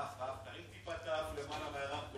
האף, האף, תרים טיפה את האף למעלה מהרמקול.